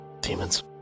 Demons